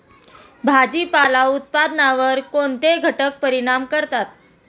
भाजीपाला उत्पादनावर कोणते घटक परिणाम करतात?